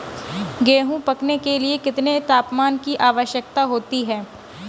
गेहूँ पकने के लिए कितने तापमान की आवश्यकता होती है?